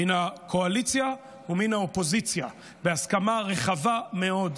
מן הקואליציה ומן האופוזיציה בהסכמה רחבה מאוד,